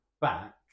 back